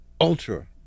ultra